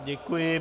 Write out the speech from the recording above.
Děkuji.